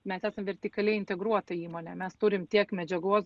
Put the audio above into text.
mes esam vertikaliai integruota įmonė mes turim tiek medžiagos